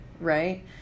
right